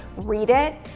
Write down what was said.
read it,